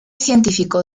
científico